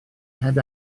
heb